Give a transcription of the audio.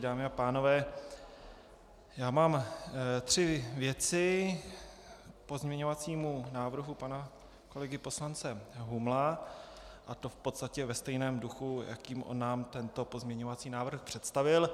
Dámy a pánové, mám tři věci k pozměňovacímu návrhu pana kolegy poslance Humla, a to v podstatě ve stejném duchu, jakým on nám tento pozměňovací návrh představil.